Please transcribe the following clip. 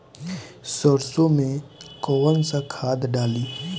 सरसो में कवन सा खाद डाली?